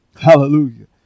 Hallelujah